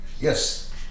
Yes